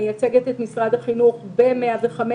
מייצגת את משרד החינוך ב-105,